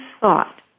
thought